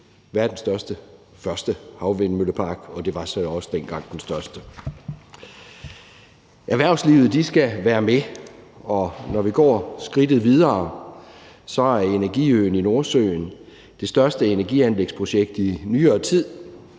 verdens største, første havvindmøllepark – og det var så også dengang den største. Erhvervslivet skal være med, og når vi går skridtet videre, er energiøen i Nordsøen det største energianlægsprojekt i nyere tid,